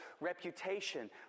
reputation